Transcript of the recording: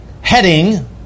heading